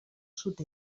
sud